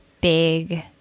big